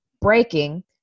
Breaking